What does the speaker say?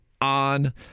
on